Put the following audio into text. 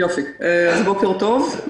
בוקר טוב.